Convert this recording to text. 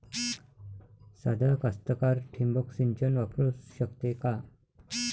सादा कास्तकार ठिंबक सिंचन वापरू शकते का?